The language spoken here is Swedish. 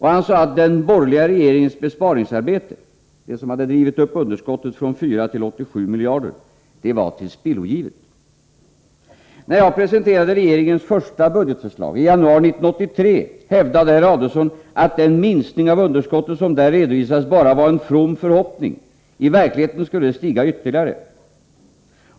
Han sade att den borgerliga regeringens besparingsarbete — det som drivit upp underskottet från 4 till 87 miljarder — var ”tillspillogivet”. När jag presenterade regeringens första budgetförslag, i januari 1983, hävdade herr Adelsohn att den minskning av underskottet som där redovisades bara var en ”from förhoppning”; i verkligheten skulle det stiga ytterligare.